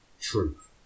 Truth